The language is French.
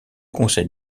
conseil